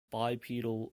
bipedal